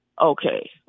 okay